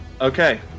Okay